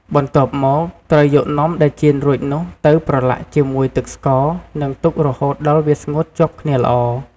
បន្ទាប់មក ត្រូវយកនំដែលចៀនរួចនោះទៅប្រឡាក់ជាមួយទឹកស្ករ និងទុករហូតដល់វាស្ងួតជាប់គ្នាល្អ។